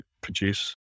produce